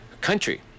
country